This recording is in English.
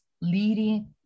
leading